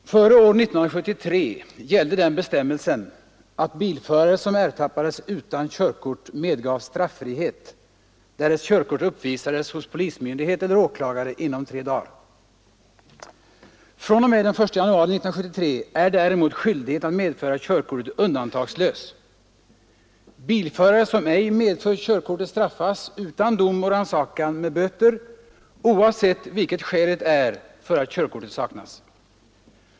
Herr talman! Före år 1973 gällde den bestämmelsen att bilförare som ertappades utan körkort medgavs straffrihet, därest körkortet uppvisades hos polismyndighet eller åklagare inom tre dagar. fr.o.m. den 1 januari 1973 är däremot skyldigheten att medföra körkortet undantagslös. Bilförare som ej medför körkortet straffas utan dom och rannsakan med böter, oavsett vilket skälet är för att körkortet saknas.